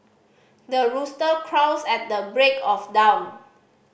the rooster crows at the break of dawn